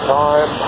time